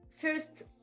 first